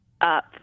up